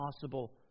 possible